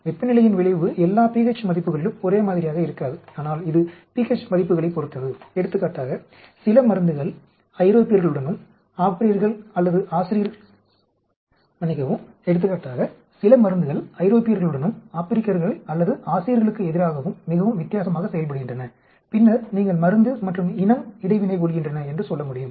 வெப்பநிலையின் விளைவு எல்லா pH மதிப்புகளிலும் ஒரே மாதிரியாக இருக்காது ஆனால் இது pH மதிப்புகளைப் பொறுத்தது எடுத்துக்காட்டாக சில மருந்துகள் ஐரோப்பியர்களுடனும் ஆப்பிரிக்கர்கள் அல்லது ஆசியர்களுக்கு எதிராகவும் மிகவும் வித்தியாசமாக செயல்படுகின்றன பின்னர் நீங்கள் மருந்து மற்றும் இனம் இடைவினை கொள்கின்றன என்று சொல்ல முடியும்